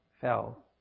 fell